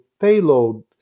payload